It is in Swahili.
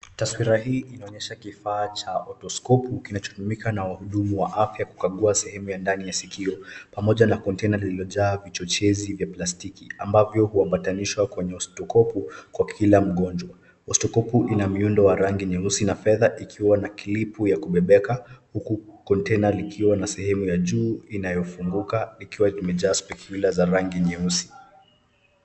Taswira hii inaonyesha kifaa cha otoskopu kinachotumika na wadumu wa afya kukagua sehemu ya ndani ya sikio pamoja na kontena lililojaa vichochezi vya plastiki ambavyo huambatanishwa kwenye otoskopu kwa kila mgonjwa. Otoskopu ina miundo wa rangi nyeusi na fedha ikiwa na kilipu ya kubebeka huku kontena likiwa na sehemu ya juu inayofunguka ikiwa limejaa spekyula za rangi nyeusi.